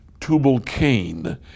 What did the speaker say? Tubal-Cain